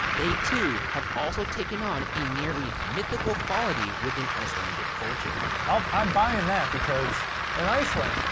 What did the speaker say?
they too have also taken on a nearly mythical quality within icelandic culture. um i'm buyin' that, because in iceland,